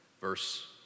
Verse